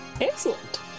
Excellent